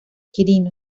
quirino